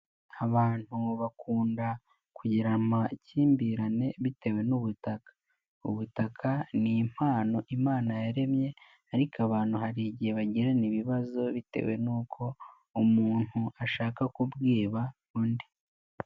Abantu bakunda kugira amakimbirane, bitewe n'ubutaka, ubutaka ni impano Imana yaremye, ariko abantu hari igihe bagirana ibibazo bitewe n'uko umuntu ashaka kubwiba undi.